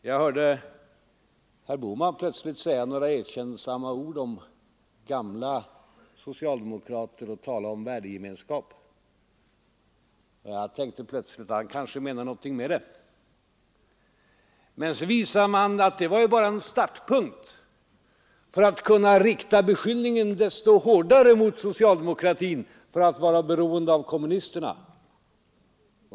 Jag hörde herr Bohman plötsligt säga några erkännsamma ord om gamla socialdemokrater och tala om värdegemenskap. Jag tänkte då: Han kanske menar någonting med det. Men det visade sig att det bara var en startpunkt för att desto hårdare kunna rikta beskyllningen mot socialdemokraterna för att vara beroende av kommunisterna.